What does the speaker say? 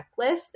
checklist